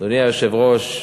אדוני היושב-ראש,